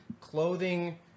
clothing